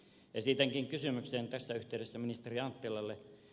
esitänkin kysymyksen tässä yhteydessä ministeri anttilalle